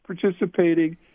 participating